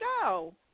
go